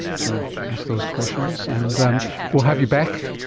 so ask those questions. and we'll have you back